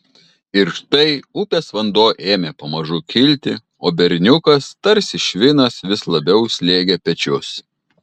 ir štai upės vanduo ėmė pamažu kilti o berniukas tarsi švinas vis labiau slėgė pečius